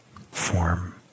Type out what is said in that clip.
form